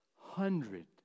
hundred